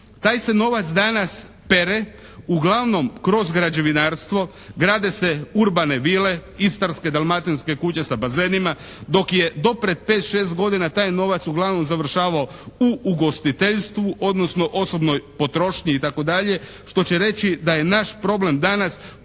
Taj se novac danas pere uglavnom kroz građevinarstvo, grade se urbane vile, istarske, dalmatinske kuće sa bazenima dok je do pred 5, 6 godina taj novac uglavnom završavao u ugostiteljstvu, odnosno osobnoj potrošnji itd. što će reći da je naš problem danas